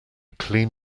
clean